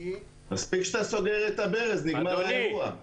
כי -- מספיק שאתה סוגר את הברז, נגמר האירוע.